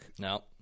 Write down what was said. No